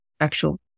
actual